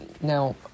Now